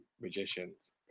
magicians